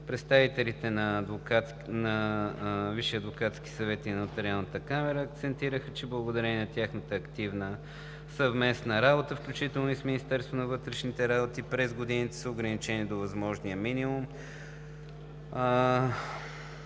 Представителите на Висшия адвокатски съвет и на Нотариалната камара акцентираха, че благодарение на тяхната активна съвместна работа, включително и с Министерството на вътрешните работи през годините са ограничени до минимум